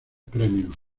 premios